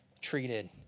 treated